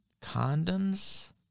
condoms